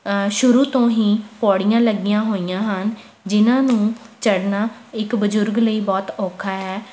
ਸ਼ੁਰੂ ਤੋਂ ਹੀ ਪੌੜੀਆਂ ਲੱਗੀਆਂ ਹੋਈਆਂ ਹਨ ਜਿਨ੍ਹਾਂ ਨੂੰ ਚੜ੍ਹਨਾ ਇੱਕ ਬਜ਼ੁਰਗ ਲਈ ਬਹੁਤ ਔਖਾ ਹੈ